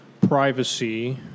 privacy